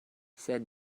sed